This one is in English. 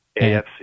AFC